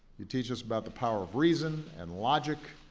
you teach us about the power of reason and logic,